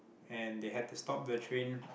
and they had to stop the train